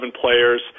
players